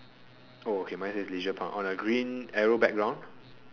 oh okay mine says leisure park on a green arrow background